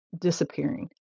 disappearing